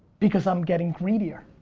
because i'm getting greedier.